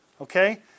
okay